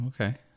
okay